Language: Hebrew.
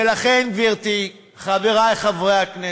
ולכן, גברתי, חברי חברי הכנסת,